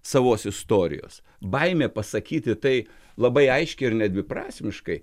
savos istorijos baimė pasakyti tai labai aiškiai ir nedviprasmiškai